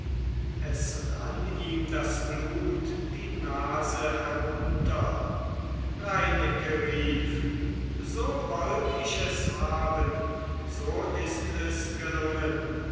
es rann ihm das blut die nase herunter reineke rief so wollt ich es haben so ist es gelungen